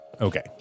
Okay